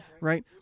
Right